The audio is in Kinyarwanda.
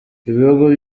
ibihugu